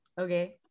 okay